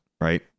right